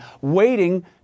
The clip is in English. waiting